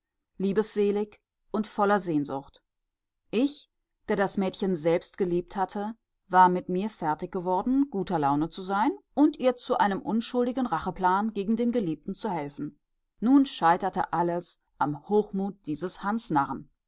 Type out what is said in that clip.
liebesselig und voller sehnsucht ich der das mädchen selbst geliebt hatte war mit mir fertig geworden guter laune zu sein und ihr zu einem unschuldigen racheplan gegen den geliebten zu helfen nun scheiterte alles am hochmut dieses